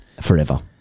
forever